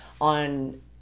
on